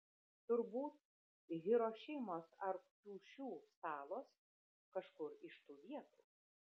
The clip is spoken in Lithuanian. turbūt hirošimos ar kiušiu salos kažkur iš tų vietų